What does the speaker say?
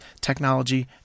technology